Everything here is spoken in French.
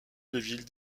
deville